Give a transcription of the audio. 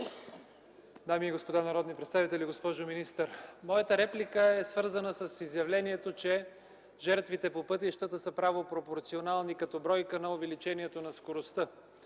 дами и господа народни представители, госпожо министър! Моята реплика е свързана с изявлението, че жертвите по пътищата са право пропорционални като бройка на увеличението на скоростта.